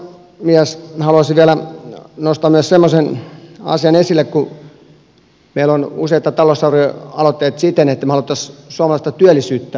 haluaisin nostaa vielä semmoisen asian esille kun meillä on useita talousarvioaloitteita siten että me haluaisimme myös suomalaista työllisyyttä parantaa